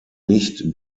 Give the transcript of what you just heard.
nicht